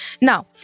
now